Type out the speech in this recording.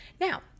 Now